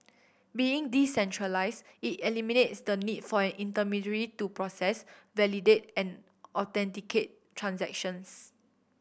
being decentralised it eliminates the need for an intermediary to process validate and authenticate transactions